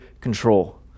control